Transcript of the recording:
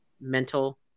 mental